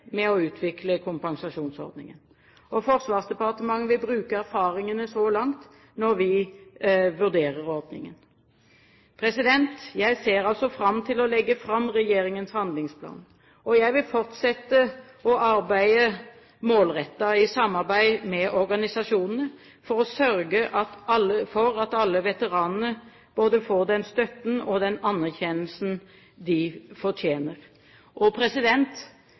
med å utvikle kompensasjonsordningen. Forsvarsdepartementet vil bruke erfaringene så langt når vi vurderer ordningen. Jeg ser fram til å legge fram regjeringens handlingsplan. Jeg vil fortsette å arbeide målrettet, i samarbeid med organisasjonene, for å sørge for at alle veteranene får både den støtten og den anerkjennelsen de fortjener.